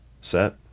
set